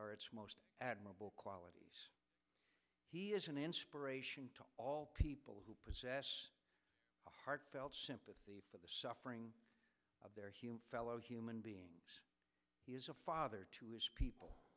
are its most admirable qualities he is an inspiration to all people who possess a heartfelt sympathy for the suffering of their fellow human beings he is a father to his people